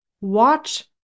watch